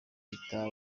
gutwita